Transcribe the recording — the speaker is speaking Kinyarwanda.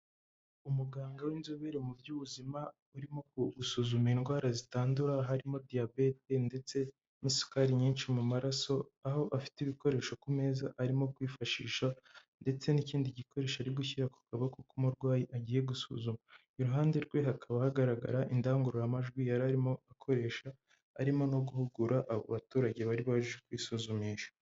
Umuganga w'inzobere mu by'ubuzima urimo gusuzuma indwara zitandura harimo diyabete ndetse n'isukari nyinshi mu maraso aho afite ibikoresho ku meza arimo kwifashisha ndetse n'ikindi gikoresho ari gushyira ku kaboko k'umurwayi agiye gusuzuma iruhande rwe hakaba hagaragara indangururamajwi yari arimo akoresha arimo no guhugura abaturage bari baje kwisuzumisha.